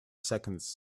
seconds